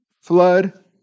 flood